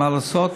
מה לעשות.